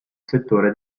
settore